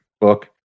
book